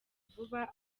vuba